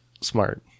smart